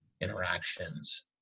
interactions